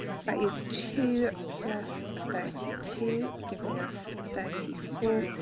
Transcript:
that is two plus thirty two, giving us thirty four.